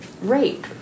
rape